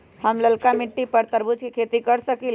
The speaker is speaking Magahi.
हम लालका मिट्टी पर तरबूज के खेती कर सकीले?